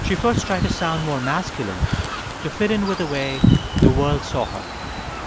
she first tried to sound more masculine to fit in with the way the world saw her